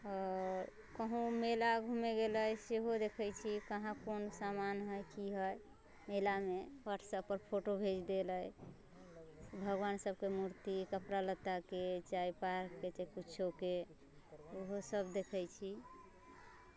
आओर कहुँ मेला घूमे गेलै सेहो देखैत छी कहाँ कोन समान हइ कि हइ मेलामे वट्सऐप पर फोटो भेज देलै भगवान सबके मूर्ति कपड़ा लत्ताके चाहे पार्कके चाहे किछुके इहो सब देखैत छी